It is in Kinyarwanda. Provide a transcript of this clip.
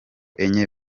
enye